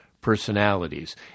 personalities